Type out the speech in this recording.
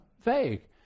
vague